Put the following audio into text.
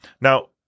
Now